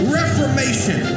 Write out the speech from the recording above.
reformation